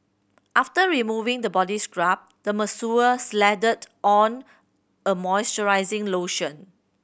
after removing the body scrub the masseur slathered on a moisturizing lotion